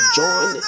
join